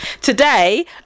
Today